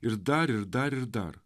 ir dar ir dar ir dar